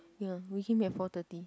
ya we came here at four thirty